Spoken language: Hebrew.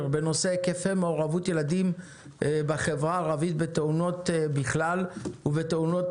בנושא היקפי מעורבות ילדים בחברה הערבית בתאונות בכלל ובתאונות